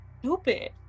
Stupid